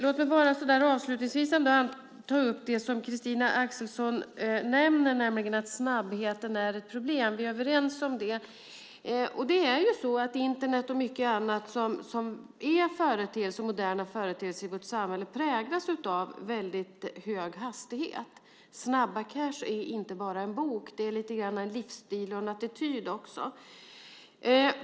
Jag ska bara avslutningsvis ta upp det som Christina Axelsson nämner om att snabbheten är ett problem. Vi är överens om det. Internet och många andra moderna företeelser i vårt samhälle präglas av väldigt hög hastighet. Snabba cash är inte bara en bok, det är lite grann en livsstil och en attityd också.